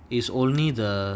it's only the